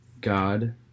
God